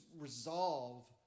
resolve